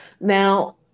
Now